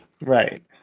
Right